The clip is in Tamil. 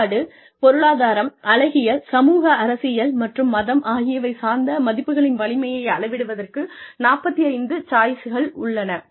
கோட்பாட்டு பொருளாதாரம் அழகியல் சமூக அரசியல் மற்றும் மதம் ஆகியவை சார்ந்த மதிப்புகளின் வலிமையை அளவிடுவதற்கு 45 சாய்ஸ்கள் உள்ளன